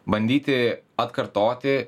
bandyti atkartoti